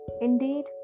Indeed